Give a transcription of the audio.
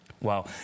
Wow